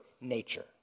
nature